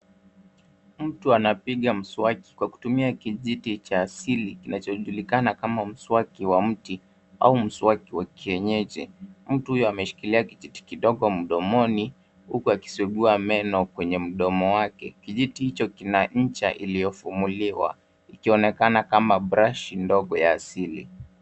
Mtu anapiga mswaki kwa kutumia kijiti cha asili kinachojulikana kama mswaki wa mti au mswaki wa kienyeji. Mtu huyo ameshikilia kijiti kidogo mdomoni huku akisugua meno kwenye mdomo wake. Kijiti hicho kina ncha iliyofumuliwa ukionekana kama brashi ndogo ya asili.